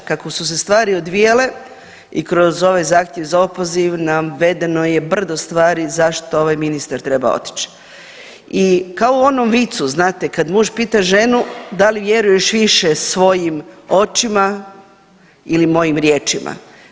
A kako su se stvari odvijale i kroz ovaj zahtjev za opoziv navedeno je brdo stvari zašto ovaj ministar treba otići i kao u onom vicu znate kad muž pita ženu dal vjeruješ više svojim očima ili mojim riječima.